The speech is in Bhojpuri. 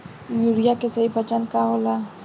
यूरिया के सही पहचान का होला?